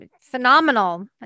phenomenal